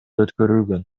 өткөрүлгөн